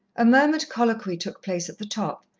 a murmured colloquy took place at the top,